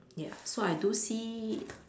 ya so I do see